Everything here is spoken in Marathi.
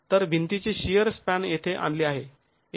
तर भिंतीचे शिअर स्पॅन येथे आणले आहे